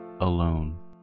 alone